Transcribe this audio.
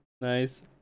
Nice